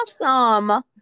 awesome